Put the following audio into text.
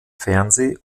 fernseh